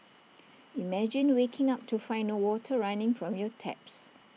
imagine waking up to find no water running from your taps